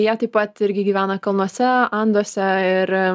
jie taip pat irgi gyvena kalnuose anduose ir